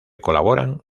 colaboran